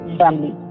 family